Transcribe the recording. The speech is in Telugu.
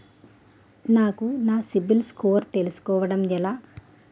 నాకు నా సిబిల్ స్కోర్ తెలుసుకోవడం ఎలా?